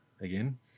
again